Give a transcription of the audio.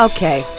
Okay